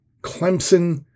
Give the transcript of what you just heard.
Clemson